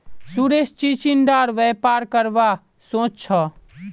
सुरेश चिचिण्डार व्यापार करवा सोच छ